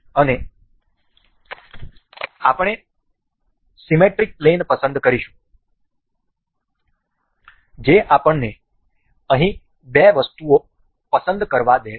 અને આપણે symmetric plane પસંદ કરીશું જે આપણને અહીં બે વસ્તુઓ પસંદ કરવા દે છે